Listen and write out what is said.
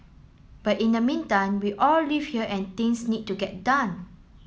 but in the meantime we all live here and things need to get done